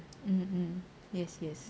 um um yes yes